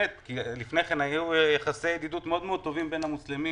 לפני כן היו יחסי ידידות מאוד מאוד טובים בין המוסלמים